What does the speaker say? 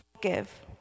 give